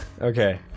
Okay